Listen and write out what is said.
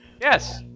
Yes